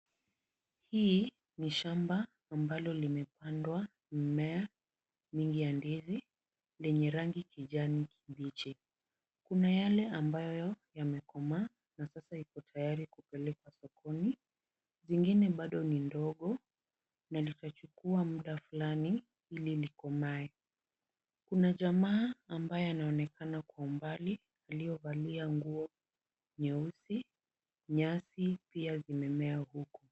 Hii ni shamba ambalo limepandwa mmea mingi ya ndizi lenye rangi kijani kibichi. Kuna yale ambayo yamekomaa na sasa yako tayari kupelekwa sokoni. Zingine bado ni ndogo na litachukua muda fulani ili likomae. Kuna jamaa ambaye anaonekana kwa umbali aliyevalia nguo nyeusi. Nyasi pia zimemea huku.